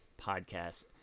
podcast